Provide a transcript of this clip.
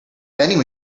vending